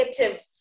negative